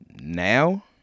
now